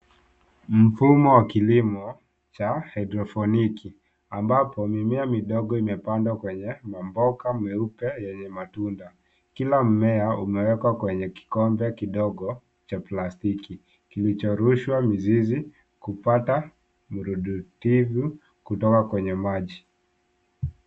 Mfumo wa kilimo cha hydroponic ambapo mimea midogo imepandwa kwenye maboka meupe yenye matunda. Kila mmea umewekwa kwenye kikombe kidogo cha plastiki kilichoruhushwa mizizi kupata mrudukivu kutoka kwenye maji.